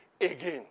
again